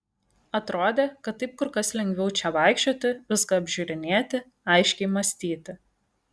atrodė kad taip kur kas lengviau čia vaikščioti viską apžiūrinėti aiškiai mąstyti